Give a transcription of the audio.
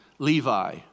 Levi